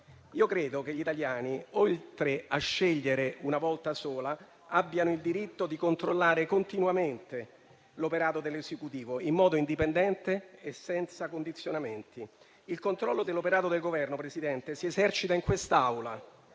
Io credo che gli italiani, oltre a scegliere una volta sola, abbiano il diritto di controllare continuamente l'operato dell'Esecutivo in modo indipendente e senza condizionamenti. Il controllo dell'operato del Governo si esercita in quest'Aula,